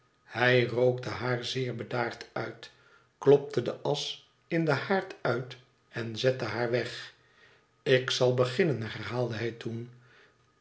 hij rookte haar zeer bedaard uit klopte de asch in den haard uit en zette haar weg ik zal beginnen herhaalde hij toen